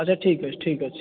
ଆଚ୍ଛା ଠିକ୍ଅଛି ଠିକ୍ଅଛି